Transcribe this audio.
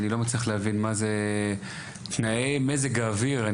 אני לא מצליח להבין מה זה תנאי מזג האוויר.